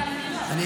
תלמידות.